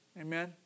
Amen